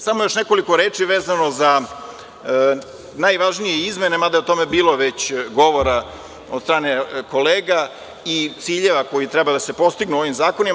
Samo još nekoliko reči, vezano za najvažnije izmene, mada je o tome bilo već govora od strane kolega i ciljeva koji treba da se postignu ovim zakonima.